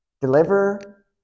deliver